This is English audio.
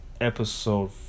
episode